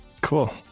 Cool